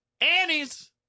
Annie's